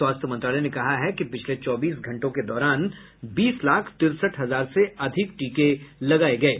स्वास्थ्य मंत्रालय ने कहा है कि पिछले चौबीस घंटे के दौरान बीस लाख तिरसठ हजार से अधिक टीके लगाये गये